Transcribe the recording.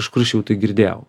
kažkur aš jau tai girdėjau